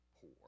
poor